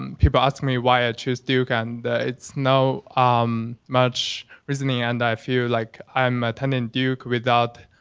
um people asked me why i choose duke, and it's now um much recently and i feel like i'm attending duke without.